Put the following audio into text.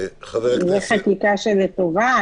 החקיקה לטובה?